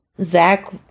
Zach